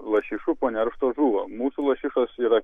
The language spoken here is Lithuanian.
lašišų po neršto žūva mūsų lašišos yra